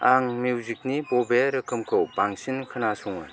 आं मिउजिकनि बबे रोखोमखौ बांसिन खोनासङो